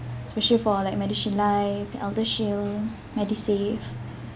especially for like medishield life eldershield medisave